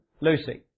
Lucy